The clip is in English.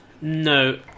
No